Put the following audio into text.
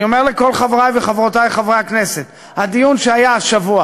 אני אומר לכל חברי וחברותי חברי הכנסת: הדיון שהיה השבוע